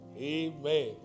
Amen